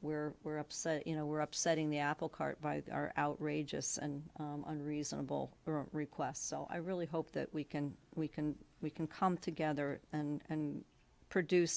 where we're upset you know we're upset in the apple cart by the outrageous and unreasonable request so i really hope that we can we can we can come together and produce